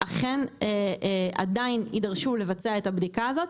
אכן עדיין יידרשו לבצע את הבדיקה הזאת,